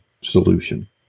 solution